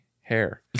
hair